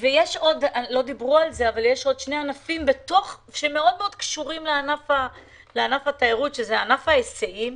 יש עוד שני ענפים שמאוד קשורים לענף התיירות ואחד מהם זה ענף ההיסעים.